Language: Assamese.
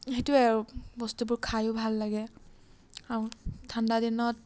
সেইটোৱে আৰু বস্তুবোৰ খায়ো ভাল লাগে আৰু ঠাণ্ডাদিনত